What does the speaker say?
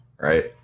right